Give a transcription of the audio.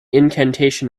incantation